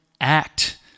act